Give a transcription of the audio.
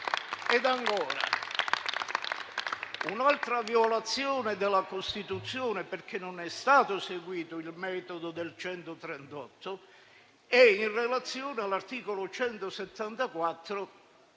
Ancora, un'altra violazione della Costituzione, perché non è stato seguito il metodo dell'articolo 138, è in relazione all'articolo 174